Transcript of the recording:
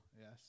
Yes